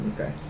okay